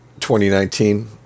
2019